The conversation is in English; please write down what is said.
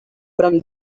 from